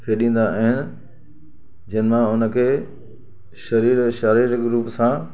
खेॾींदा आहिनि जिन मां उन खे शरीरु शारीरिक रूप सां